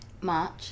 March